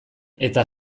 eta